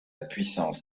puissance